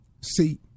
See